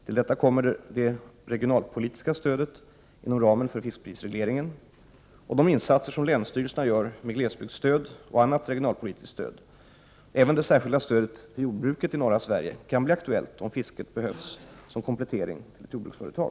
Till detta kommer det regionalpolitiska stödet inom ramen för fiskprisregleringen och de insatser som länsstyrelserna gör med glesbygdsstöd och annat regionalpolitiskt stöd. Även det särskilda stödet till jordbruket i norra Sverige kan bli aktuellt om fisket behövs som komplettering till ett jordbruksföretag.